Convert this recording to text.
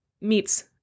meets